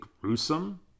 gruesome